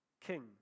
king